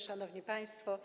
Szanowni Państwo!